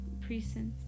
precincts